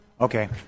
Okay